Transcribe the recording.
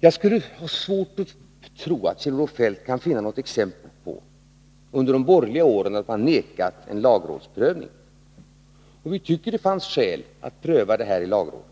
Jag har svårt att tro att Kjell-Olof Feldt kan finna något exempel på att man under de borgerliga åren vägrat en lagrådsprövning. Vi tycker att det fanns skäl att pröva detta ärende i lagrådet.